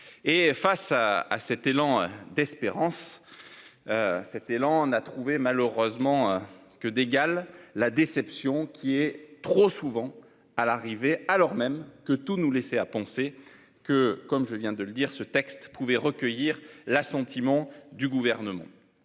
face à à cet élan d'espérance. Cet elle en a trouvé malheureusement. Que d'égal la déception qui est trop souvent à l'arrivée, alors même que tous nous laisser à penser que, comme je viens de le dire ce texte pouvait recueillir l'assentiment du gouvernement.